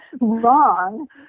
wrong